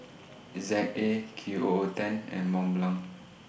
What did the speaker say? Z A Q O O ten and Mont Blanc